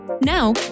now